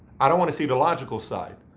i don't want to see the logical side.